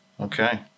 Okay